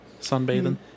sunbathing